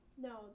No